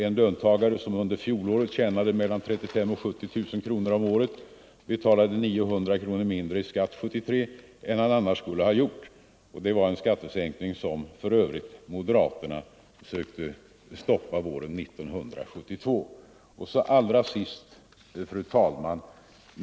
En löntagare som under fjolåret tjänade mellan 35 000 och 70 000 kronor betalade 900 kronor mindre i skatt år 1973 än tidigare. Det var en skattesänkning som för övrigt moderaterna sökte stoppa våren 1972. Allra sist, fru talman!